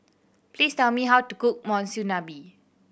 please tell me how to cook Monsunabe